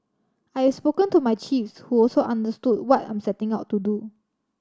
I have spoken to my chiefs who also understood what I'm setting out to do